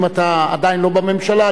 אם אתה עדיין לא בממשלה,